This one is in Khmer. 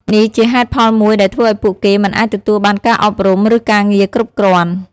នេះជាហេតុផលមួយដែលធ្វើឱ្យពួកគេមិនអាចទទួលបានការអប់រំ ឬការងារគ្រប់គ្រាន់។